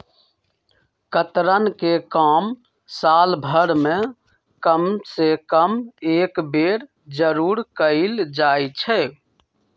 कतरन के काम साल भर में कम से कम एक बेर जरूर कयल जाई छै